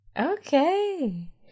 Okay